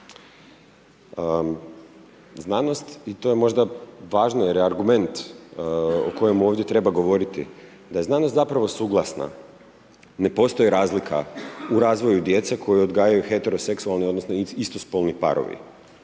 Znanost i to je možda važno jer je argument o kojemu ovdje treba govoriti, da je znanost zapravo suglasna. Ne postoji razlika u razvoju djece koju odgajaju heteroseksualni odnosno istospolni parovi.